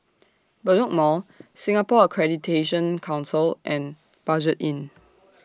Bedok Mall Singapore Accreditation Council and Budget Inn